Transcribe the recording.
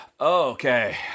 Okay